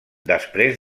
després